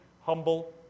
humble